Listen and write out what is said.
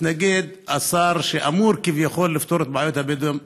מתנגד השר שאמור כביכול לפתור את בעיות הבדואים,